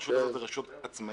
הרשות הזאת היא רשות עצמאית,